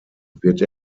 wird